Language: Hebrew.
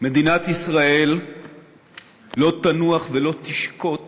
מדינת ישראל לא תנוח ולא תשקוט